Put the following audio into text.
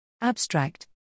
Abstract